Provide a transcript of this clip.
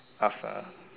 ask ah